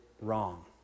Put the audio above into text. wrong